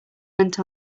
went